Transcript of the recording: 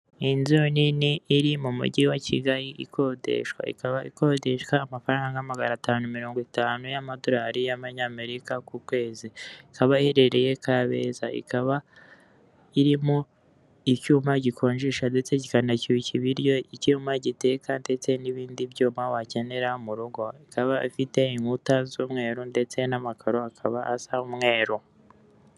Inzu nini iri mu mujyi wa Kigali ikodeshwa. Ikaba ikodeshwa amafaranga magana atanu mirongo itanu y'amadolari y'amanyamerika ku kwezi. Ikaba iherereye Kabeza. Ikaba irimo icyuma gikonjesha ndetse kikanashyushya ibiryo, icyuma giteka ndetse n'ibindi byuma wakenera mu rugo. Ikaba ifite inkuta z'umweru ndetse n'amakaro akaba asa umweru.